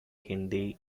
hindi